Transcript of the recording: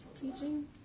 teaching